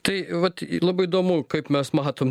tai vat labai įdomu kaip mes matom